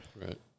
right